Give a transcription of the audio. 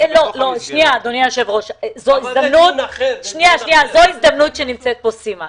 זו הזדמנות שנמצאת פה סימה.